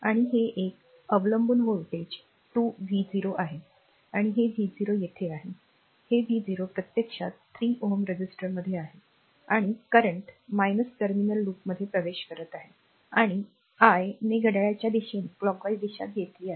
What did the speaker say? आणि हे एक अवलंबून व्होल्टेज 2 v0 आहे आणि हे v0 येथे आहे हे v0 प्रत्यक्षात 3 Ω r रेझिस्टरमध्ये आहे तर आणि current टर्मिनल लूपमध्ये प्रवेश करत आहे आणि I ने घड्याळाच्या दिशेने दिशा घेतली आहे